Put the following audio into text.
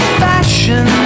fashion